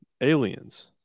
aliens